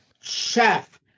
Chef